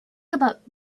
about